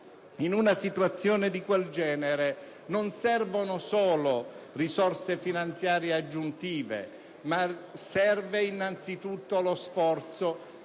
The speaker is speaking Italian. In una situazione di quel genere non servono solo risorse finanziarie aggiuntive ma serve, innanzi tutto, uno sforzo